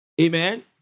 Amen